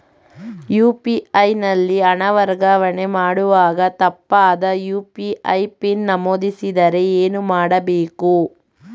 UPI ನಲ್ಲಿ ಹಣ ವರ್ಗಾವಣೆ ಮಾಡುವಾಗ ತಪ್ಪಾದ ಯು.ಪಿ.ಐ ಪಿನ್ ನಮೂದಿಸಿದರೆ ಏನು ಮಾಡಬೇಕು?